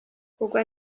kugwa